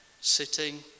Sitting